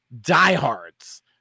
diehards